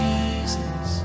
Jesus